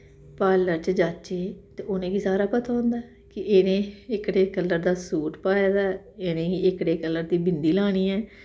parlour च जाच्चै ते उ'नेंगी सारा पता होंदा ऐ के इ'नें एह्कड़े कलर दा सूट पाए दा ऐ इ'नेंगी एह्कड़े कलर बिंदी लानी ऐ